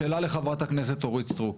שאלה לחה"כ אורית סטרוק.